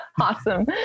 Awesome